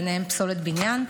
ובהן פסולת בניין.